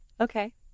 Okay